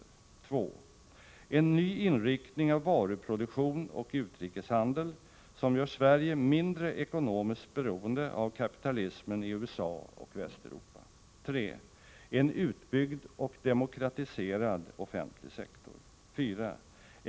NR TG 4 Z politiken på medel 2. En ny inriktning av varuproduktion och utrikeshandel, som gör Sverige lång sikt mindre ekonomiskt beroende av kapitalismen i USA och Västeuropa. 3. En utbyggd och demokratiserad offentlig sektor. 4.